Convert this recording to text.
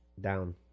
down